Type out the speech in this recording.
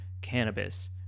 cannabis